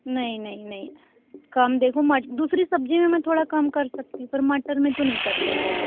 नहीं नहीं नहीं कम देखो दूसरी सब्जी में मैं थोड़ा कम कर सकती हूँ पर मटर में तो नहीं कर सकती